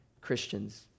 Christians